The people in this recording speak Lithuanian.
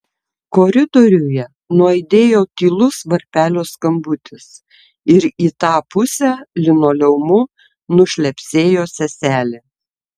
koridoriuje nuaidėjo tylus varpelio skambutis ir į tą pusę linoleumu nušlepsėjo seselė